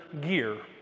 gear